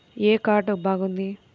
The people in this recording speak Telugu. ఏ కార్డు బాగుంది?